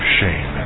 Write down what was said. shame